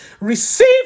Receive